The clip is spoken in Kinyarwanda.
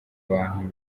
abantu